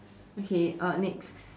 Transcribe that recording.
okay uh next